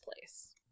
place